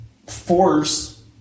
force